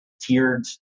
tiered